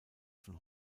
von